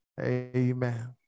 Amen